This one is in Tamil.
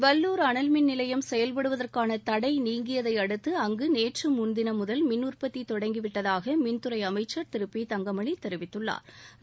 வல்லூர் அனல்மின் நிலையம் செயல்படுவதற்கான தடை நீங்கியதை அடுத்து அங்கு நேற்று முன்தினம் முதல் மின் உற்பத்தி தொடங்கி விட்டதாக மின்துறை அமைச்சர் திரு பி தங்கமணி தெரிவித்துள்ளா்